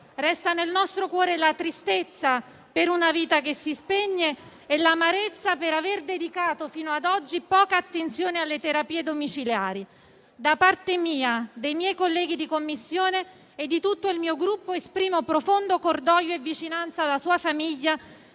Resta nel nostro cuore la tristezza per una vita che si spegne e l'amarezza per aver dedicato fino ad oggi poca attenzione alle terapie domiciliari. Da parte mia, dei miei colleghi di Commissione e di tutto il mio Gruppo, esprimo profondo cordoglio e vicinanza alla sua famiglia